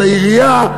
על העירייה,